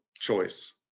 choice